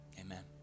amen